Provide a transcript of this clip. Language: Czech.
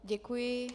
Děkuji.